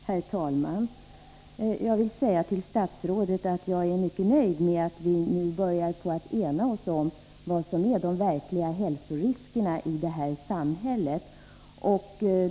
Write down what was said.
Herr talman! Jag vill säga till statsrådet att jag är mycket nöjd med att vi nu börjar ena oss om vad som är de verkliga hälsoriskerna i samhället.